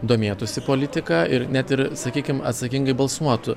domėtųsi politika ir net ir sakykim atsakingai balsuotų